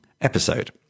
episode